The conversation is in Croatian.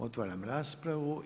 Otvaram raspravu.